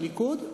הליכוד,